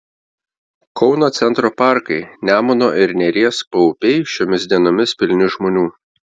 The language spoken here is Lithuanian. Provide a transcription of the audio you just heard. kauno centro parkai nemuno ir neries paupiai šiomis dienomis pilni žmonių